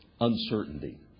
Uncertainty